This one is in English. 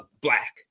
black